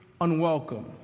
unwelcome